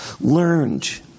learned